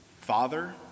Father